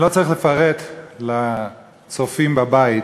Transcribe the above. אני לא צריך לפרט לצופים בבית